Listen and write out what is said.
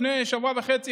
לפני שבוע וחצי,